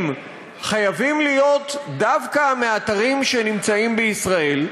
חייבים להיות דווקא מאתרים שנמצאים בישראל?